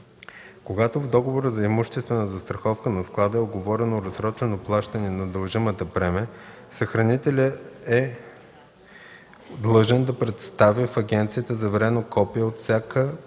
Когато в договора за имуществена застраховка на склада е уговорено разсрочено плащане на дължимата премия, съхранителят е длъжен да представи в агенцията заверено копие от всяко